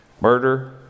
Murder